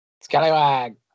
Scallywag